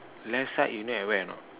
left side you know at where or not